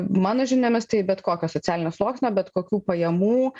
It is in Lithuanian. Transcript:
mano žiniomis tai bet kokio socialinio sluoksnio bet kokių pajamų